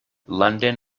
london